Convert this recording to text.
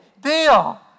deal